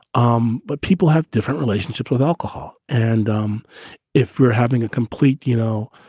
um but people have different relationships with alcohol. and um if we're having a complete you know,